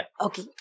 Okay